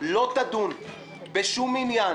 לא תדון בשום עניין